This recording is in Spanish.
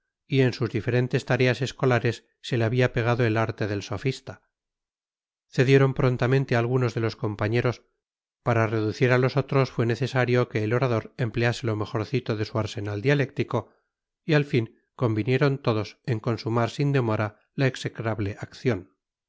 y en sus diferentes tareas escolares se le había pegado el arte del sofista cedieron prontamente algunos de los compañeros para reducir a los otros fue necesario que el orador emplease lo mejorcito de su arsenal dialéctico y al fin convinieron todos en consumar sin demora la execrable acción